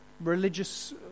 religious